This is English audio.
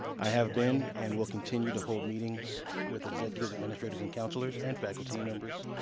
i have been and will continue to hold meetings with executives, administrators, and counselors, and faculty members,